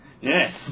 Yes